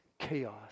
Chaos